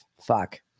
fuck